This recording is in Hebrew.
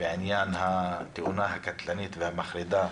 בעניין התאונה הקטלנית והמחרידה